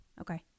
Okay